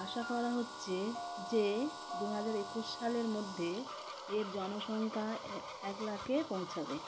আশা করা হচ্ছে যে দু হাজার একুশ সালের মধ্যে এর জনসংখ্যা এক লাখে পৌঁছাবে